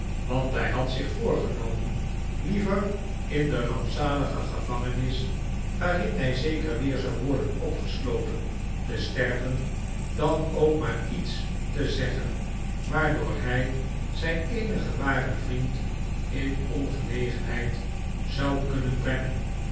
want hij had zich voorgenomen liever in de rampzalige gevangenis waarin hij zeker weer zou worden opgesloten te sterven dan ook maar iets te zeggen waardoor hij zijn eenigen waren vriend in ongelegenheid zou kunnen brengen